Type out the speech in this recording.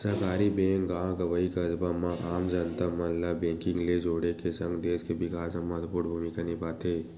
सहकारी बेंक गॉव गंवई, कस्बा म आम जनता मन ल बेंकिग ले जोड़ के सगं, देस के बिकास म महत्वपूर्न भूमिका निभाथे